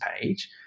page